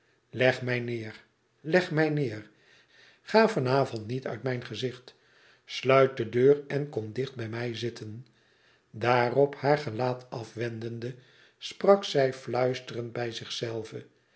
leg mij neer leg mij neer ga van avond niet uit mijn gezicht sluit de detu en kom dicht bij mij zitten daarop haar gelaat afwendende sprak zij fluisterend bij